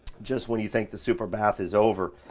just when you think the superbath is over,